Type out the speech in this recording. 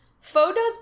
Photo's